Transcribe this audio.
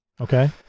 Okay